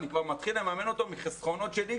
אני כבר מתחיל לממן אותו מחסכונות שלי,